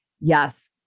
yes